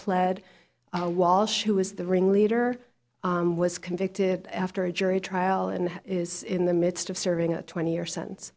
pled a walsh who is the ringleader was convicted after a jury trial and is in the midst of serving a twenty year sentence